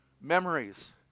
memories